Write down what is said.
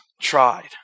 tried